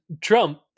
Trump